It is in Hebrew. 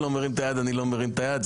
לא מרים את היד אני לא מרים את היד.